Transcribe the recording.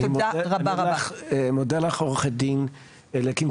אני מודה לך עו"ד אליקים.